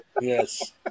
yes